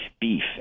beef